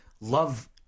Love